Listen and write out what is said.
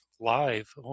live